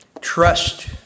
Trust